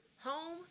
Home